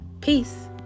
Peace